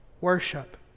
worship